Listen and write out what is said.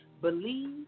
believe